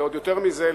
ועוד יותר מזה,